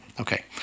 Okay